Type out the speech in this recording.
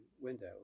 window